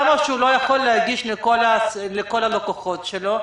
למה שהוא לא יכול להגיש לכל הלקוחות שלו?